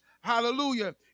hallelujah